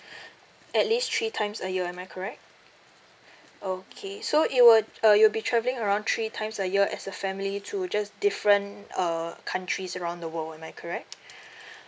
at least three times a year am I correct okay so you would uh you'd be travelling around three times a year as a family to just different uh countries around the world am I correct